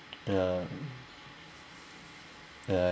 ya ya